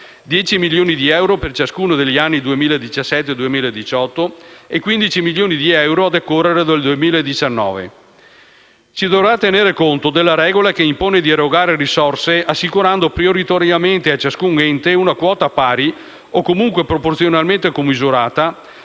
(10 milioni di euro per ciascuno degli anni 2017 e 2018 e 15 milioni di euro annui a decorrere dal 2019). Si dovrà tenere conto della regola che impone di erogare risorse assicurando prioritariamente a ciascun ente una quota pari, o comunque proporzionalmente commisurata,